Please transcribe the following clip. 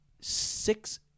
six